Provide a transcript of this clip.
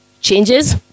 changes